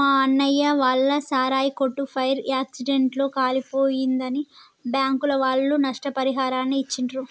మా అన్నయ్య వాళ్ళ సారాయి కొట్టు ఫైర్ యాక్సిడెంట్ లో కాలిపోయిందని బ్యాంకుల వాళ్ళు నష్టపరిహారాన్ని ఇచ్చిర్రు